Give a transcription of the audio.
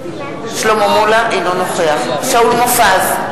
אינו נוכח שאול מופז,